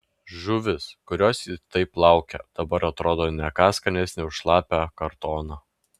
žuvis kurios ji taip laukė dabar atrodė ne ką skanesnė už šlapią kartoną